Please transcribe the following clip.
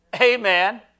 Amen